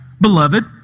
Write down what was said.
beloved